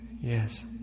Yes